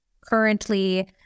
currently